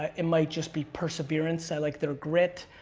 ah it might just be perseverance, i like their grit.